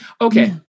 Okay